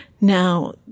Now